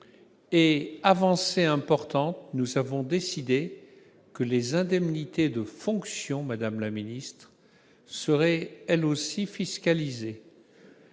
avancée importante, nous avons décidé que les indemnités de fonction seraient elles aussi fiscalisées